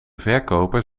verkoper